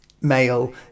male